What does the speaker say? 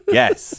yes